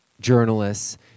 journalists